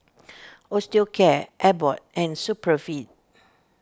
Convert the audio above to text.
Osteocare Abbott and Supravit